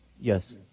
Yes